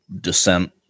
descent